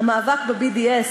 המאבק ב-BDS,